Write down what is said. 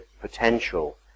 potential